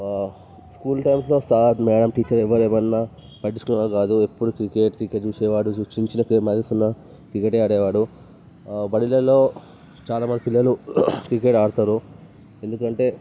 school టైమ్స్లో sir madam teacher ఎవ్వరేమన్న పట్టిచ్చుకునేవాడు కాదు ఎప్పుడు క్రికెట్ క్రికెట్ చూసేవాడు చిన్న చిన్న మైనస్ ఉన్న క్రికెట్ ఏ ఆడేవాడు బడులలో చాలా మంది పిల్లలు క్రికెట్ ఆడతారు ఎందుకంటే